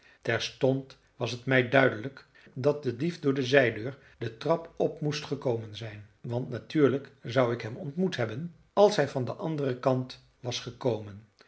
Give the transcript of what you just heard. terstond was het mij duidelijk dat de dief door de zijdeur de trap op moest gekomen zijn want natuurlijk zou ik hem ontmoet hebben als hij van den anderen kant was gekomen